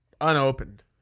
Unopened